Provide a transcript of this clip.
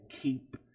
keep